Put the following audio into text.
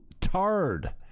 tard